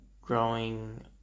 growing